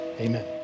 Amen